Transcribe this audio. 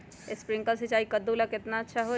Sprinkler सिंचाई कददु ला केतना अच्छा होई?